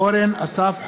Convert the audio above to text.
אורן אסף חזן,